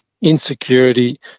insecurity